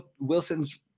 Wilson's